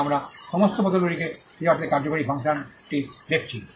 তবে আমরা সমস্ত বোতলগুলিকে সেই অর্থে কার্যকরী ফাংশনটি দেখছি